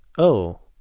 oh,